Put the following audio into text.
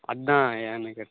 அதுதான் ஏன்னெனு கேட்